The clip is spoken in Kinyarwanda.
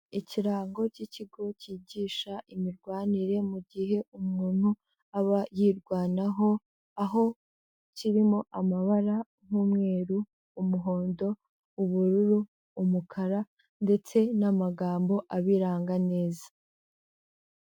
Ikirango cy'ikigo cyigisha imirwanire mu gihe umuntu aba yirwanaho, aho kirimo amabara nk'umweru, umuhondo, ubururu, umukara ndetse n'amagambo abiranga neza.